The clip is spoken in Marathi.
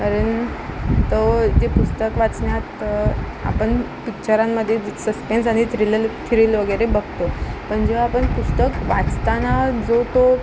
कारण तो जे पुस्तक वाचण्यात आपण पिक्चरांमध्ये सस्पेन्स आणि थ्रीलल थ्रील वगेरे बघतो पण जेव्हा आपण पुस्तक वाचताना जो तो